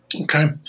Okay